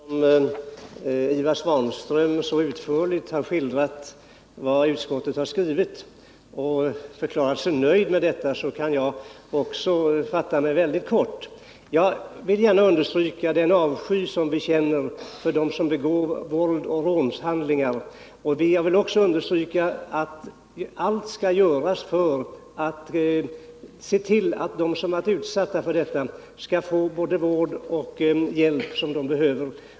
Herr talman! Eftersom Ivan Svanström så utförligt har skildrat vad utskottet har skrivit och förklarat sig nöjd med detta, kan jag fatta mig kort. Jag vill gärna understryka den avsky vi känner för dem som begår rån och våldshandlingar. Jag vill också understryka att allt skall göras för att se till att de människor som har varit utsatta för sådant får den vård och hjälp de behöver.